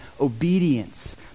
obedience